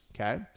okay